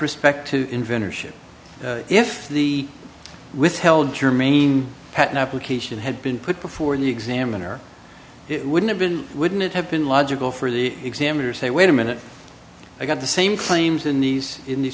respect to inventor ship if the withheld germane patent application had been put before the examiner it would have been wouldn't it have been logical for the examiners say wait a minute i got the same claims in these in these